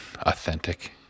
authentic